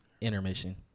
intermission